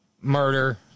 murder